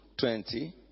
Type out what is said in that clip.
20